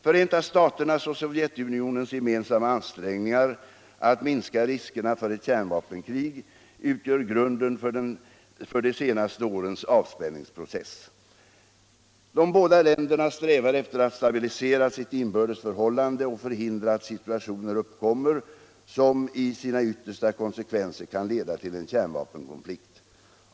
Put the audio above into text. Förenta staternas och Sovjetunionens gemensamma ansträngningar att minska riskerna för ett kärnvapenkrig utgör grunden för de senaste årens avspänningsprocess. De båda länderna strävar efter att stabilisera sitt inbördes förhållande och förhindra att situationer uppkommer som i sina yttersta konsekvenser kan leda till en kärnvapenkonflikt.